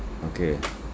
okay